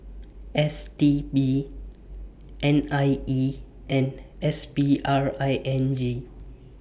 S T B N I E and S P R I N G